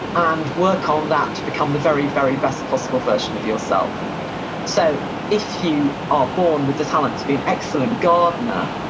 and work on that to become the very, very best possible version of yourself so if you are born with the talent to be an excellent gardener,